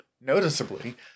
Noticeably